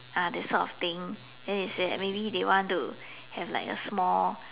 ah that sort of thing then they say that maybe they want to have like a small